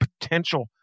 potential